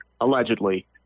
allegedly